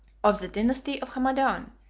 of the dynasty of hamadan,